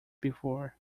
before